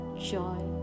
joy